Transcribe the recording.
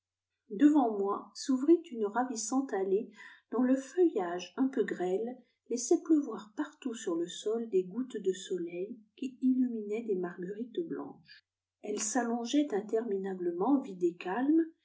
devant moi s'ouvrit une ravissante allée dont le feuillage un peu grêle laissait pleuvoir partout sur le sol des gouttes de soleil qui illuminaient des marguerites blanches elle s'allongeait interminablement vide et calme